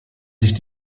sich